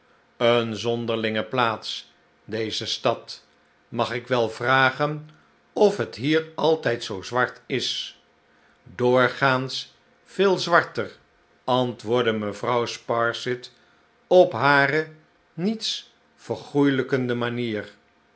eene zonderlinge plaats deze stad mag ik wel vragen of het hier altijd zoo zwart is doorgaans veel zwarter antwoordde mevrouw sparsit op hare niets vergoelijkende manier